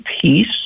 peace